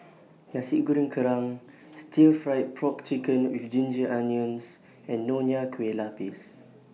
Nasi Goreng Kerang Stir Fried Pork Chicken with Ginger Onions and Nonya Kueh Lapis